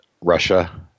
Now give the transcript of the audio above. Russia